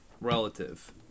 relative